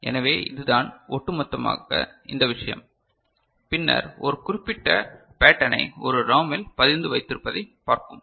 எனவே இது தான் ஒட்டுமொத்தமாக இந்த விஷயம் பின்னர் ஒரு குறிப்பிட்ட பேட்டர்னை ஒரு ROM இல் பதித்து வைத்திருப்பதைப் பார்ப்போம்